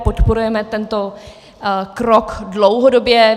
Podporujeme tento krok dlouhodobě.